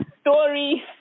story